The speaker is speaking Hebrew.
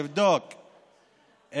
לבדוק,